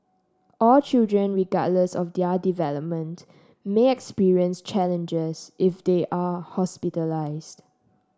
all children regardless of their development may experience challenges if they are hospitalised